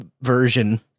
version